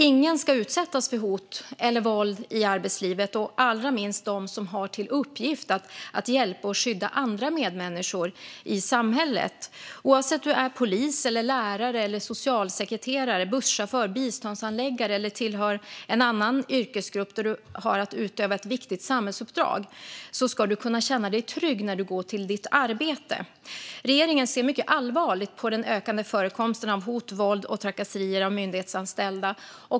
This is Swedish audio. Ingen ska utsättas för hot eller våld i arbetslivet, allra minst de som har till uppgift att hjälpa och skydda medmänniskor i samhället. Oavsett om du är polis, lärare, socialsekreterare, busschaufför eller biståndshandläggare eller tillhör en annan yrkesgrupp där du har att utöva ett viktigt samhällsuppdrag ska du kunna känna dig trygg när du går till ditt arbete. Regeringen ser mycket allvarligt på den ökande förekomsten av hot, våld och trakasserier av myndighetanställda.